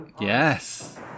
Yes